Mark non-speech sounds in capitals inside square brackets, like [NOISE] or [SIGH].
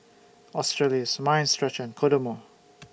Australis Mind Stretcher and Kodomo [NOISE]